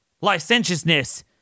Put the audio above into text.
licentiousness